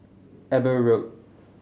Eber Road